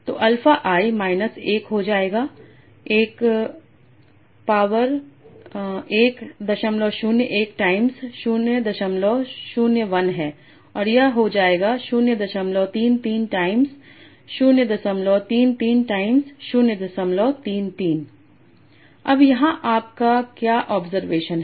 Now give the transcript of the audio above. तो alpha i minus 1 हो जाएगा 1 पावर 101 टाइम्स 001 है और यह हो जाएगा 033 टाइम्स 033 टाइम्स 033 अब यहाँ आपका क्या ऑब्जरवेशन है